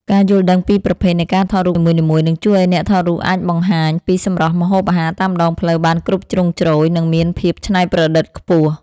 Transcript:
ការយល់ដឹងពីប្រភេទនៃការថតរូបនីមួយៗ នឹងជួយឱ្យអ្នកថតរូបអាចបង្ហាញពីសម្រស់ម្ហូបអាហារតាមដងផ្លូវបានគ្រប់ជ្រុងជ្រោយ និងមានភាពច្នៃប្រឌិតខ្ពស់។